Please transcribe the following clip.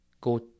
go